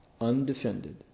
undefended